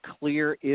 clear